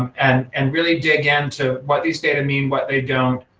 um and and really dig into what these data mean, what they don't,